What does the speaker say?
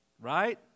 Right